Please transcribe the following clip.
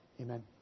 Amen